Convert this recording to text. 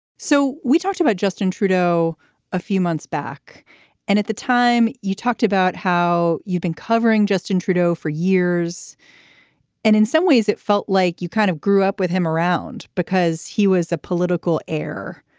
so we talked about justin trudeau a few months back and at the time you talked about how you've been covering justin trudeau for years and in some ways it felt like you kind of grew up with him around because he was a political heir.